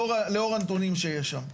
לאור הנתונים שיש שם.